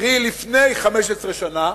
קרי לפני 15 שנה,